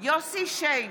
יוסף שיין,